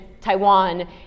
Taiwan